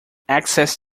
access